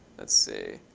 let's see.